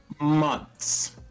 months